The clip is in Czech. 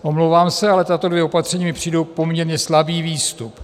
Omlouvám se, ale tato dvě opatření mi přijdou poměrně slabý výstup.